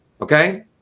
Okay